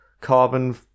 Carbon